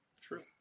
True